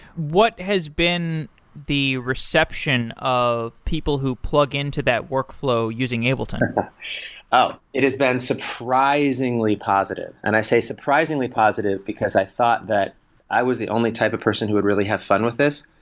what has been the reception of people who plug in to that workflow using ableton? and um it has been surprisingly positive, and i say surprisingly positive because i thought that i was the only type of person who had really had fun with this.